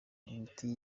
imiti